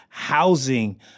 housing